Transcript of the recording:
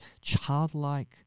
childlike